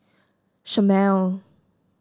Chomel